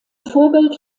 vorbild